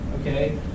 okay